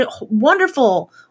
wonderful